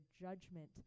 judgment